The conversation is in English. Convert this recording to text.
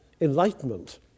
enlightenment